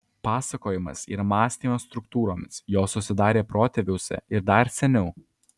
pasakojimas yra mąstymas struktūromis jos susidarė protėviuose ir dar seniau